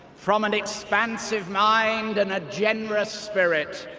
from an expansive mind and a generous spirit,